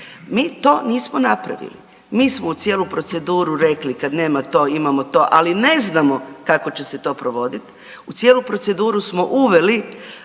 Mi to nismo napravili, mi smo u cijelu proceduru rekli, kad nema to imamo to, ali ne znamo kako će se to provoditi. U cijelu proceduru smo uveli